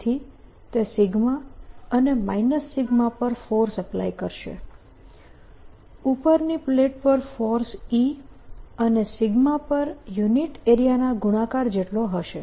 તેથી તે અને પર ફોર્સ એપ્લાય કરશે ઉપરની પ્લેટ પર ફોર્સ E અને પર યુનિટ એરિયાના ગુણાકાર જેટલો હશે